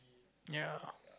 ya